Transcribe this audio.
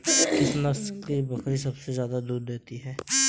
किस नस्ल की बकरी सबसे ज्यादा दूध देती है?